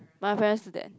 my parents do that